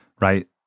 right